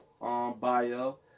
bio